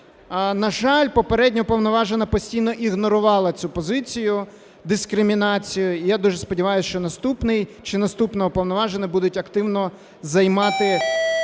На жаль, попередня Уповноважена постійно ігнорувала цю позицію, дискримінацію, і я дуже сподіваюсь, що наступний чи наступна Уповноважена будуть активно займати